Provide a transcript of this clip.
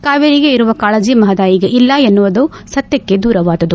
ಕಾವೇರಿಗೆ ಇರುವ ಕಾಳಜ ಮಹದಾಯಿಗೆ ಇಲ್ಲ ಎನ್ನುವುದು ಸತ್ಯಕ್ಷೆ ದೂರವಾದುದು